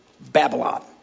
Babylon